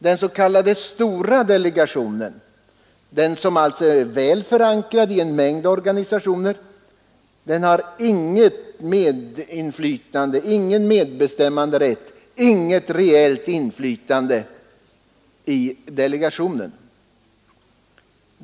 Den s.k. stora delegationen, som är väl förankrad i en mängd organisationer, har ingen medbestämmanderätt och inget reellt inflytande i delegationen.